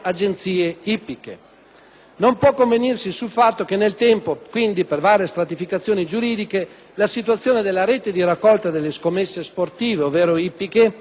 Non può non convenirsi sul fatto che nel tempo, per stratificazioni giuridiche successive, la situazione della rete di raccolta delle scommesse sportive ovvero ippiche ovvero di entrambe